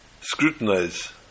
Scrutinize